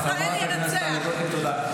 חברת הכנסת טלי גוטליב, תודה.